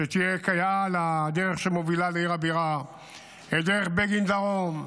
שתהיה כיאה לדרך שמובילה לעיר הבירה; דרך בגין דרום,